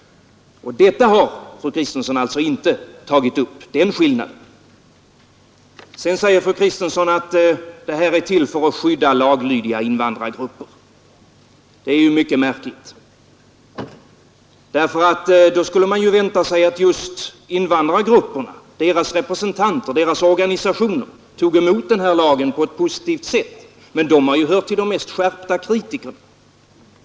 Fru Kristensson har alltså inte tagit upp den skillnaden. Fru Kristensson säger att lagen är till för att skydda laglydiga invandrargrupper. Det är ju mycket märkligt. Då skulle man vänta sig att just invandrargrupperna, deras representanter och deras organisationer toge emot lagen på ett positivt sätt. Dessa har tvärtom tillhört de mest skärpta kritikerna.